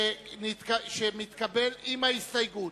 שמתקבל עם ההסתייגות.